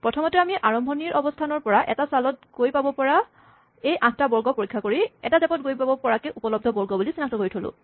প্ৰথমতে আমি আৰম্ভণিৰ অৱস্হানৰ পৰা এটা চালত গৈ পাব পৰা এই আঠটা বৰ্গ পৰীক্ষা কৰি এটা জাপত গৈ পাব পৰাকে উপলব্ধ বৰ্গ বুলি চিনাক্ত কৰি থলো